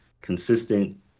consistent